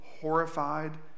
horrified